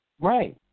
Right